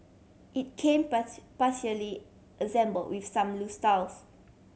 it came partially assemble with some loose tiles